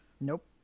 Nope